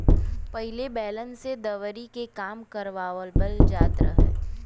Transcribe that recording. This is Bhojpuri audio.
पहिले बैलन से दवरी के काम करवाबल जात रहे